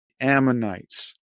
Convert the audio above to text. Ammonites